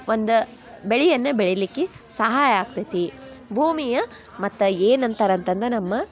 ಒಂದ ಬೆಳೆಯನ್ನ ಬೆಳಿಲಿಕ್ಕೆ ಸಹಾಯ ಆಗ್ತೈತಿ ಭೂಮಿಯ ಮತ್ತು ಏನು ಅಂತಾರ ಅಂತಂದ್ರೆ ನಮ್ಮ